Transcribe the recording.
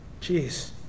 Jeez